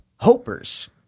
Hopers